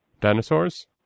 Dinosaurs